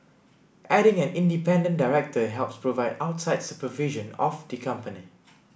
adding an independent director helps provide outside supervision of the company